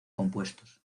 compuestos